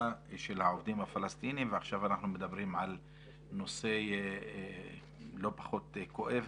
של העובדים הפלסטינים ועכשיו אנחנו מדברים על נושא לא פחות כואב,